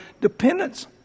dependence